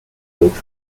create